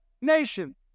nation